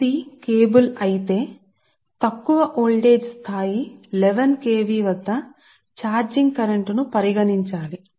ఇది కేబుల్ అయితే తక్కువ వోల్టేజ్ స్థాయి 11 KV వద్ద కూడా మనం విస్మరించలేని ఛార్జింగ్ కరెంట్ను పరిగణించాలి